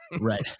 Right